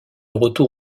retour